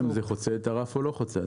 זה חוצה את הרף או לא חוצה את הרף?